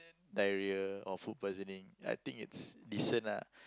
diarrhoea or food poisoning I think is decent lah